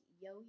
yo